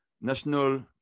national